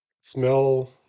smell